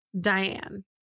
Diane